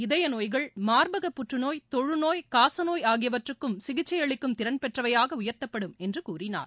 இதய நோய்கள் மார்பக புற்றுநோய் தொழுநோய் காசநோய் ஆகியவற்றுக்கும் சிகிச்சை அளிக்கும் திறன் பெற்றவையாக உயர்த்தப்படும் என்று கூறினார்